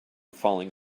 falling